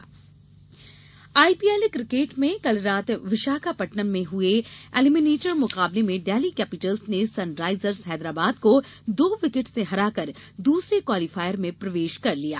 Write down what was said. IPL IPL cricket में कल रात विशाखापत्तनम में हए एलिमिनेटर मुकाबले में डेल्ही कैपिटल्स ने सनराइजर्स हैदराबाद को दो विकेट से हराकर दूसरे क्वालीफायर में प्रवेश कर लिया